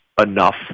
enough